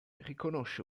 riconosce